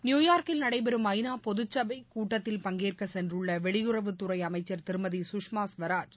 நியுயார்க்கில் நடைபெறும் ஐநா பொதுச் சபை கூட்டத்தில் பங்கேற்க சென்றுள்ள வெளியுறவுத்துறை அமைச்சர் திருமதி சுஷ்மா ஸ்வராஜ்